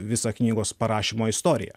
visą knygos parašymo istoriją